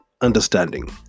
understanding